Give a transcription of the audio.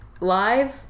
Live